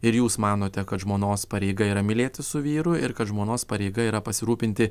ir jūs manote kad žmonos pareiga yra mylėtis su vyru ir kad žmonos pareiga yra pasirūpinti